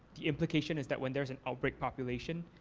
the implication is that when there is an outbreak population,